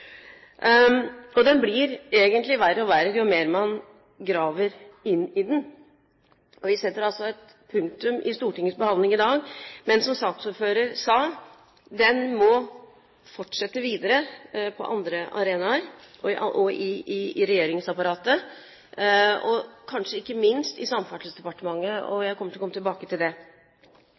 blir egentlig bare verre og verre jo mer man graver i den. Vi setter altså et punktum med Stortingets behandling i dag, men som saksordføreren sa, den må fortsette videre på andre arenaer og i regjeringsapparatet, kanskje ikke minst i Samferdselsdepartementet – jeg kommer tilbake til det. 140 mill. kr av midlene til